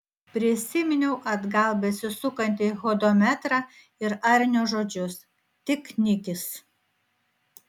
prisiminiau atgal besisukantį hodometrą ir arnio žodžius tik nikis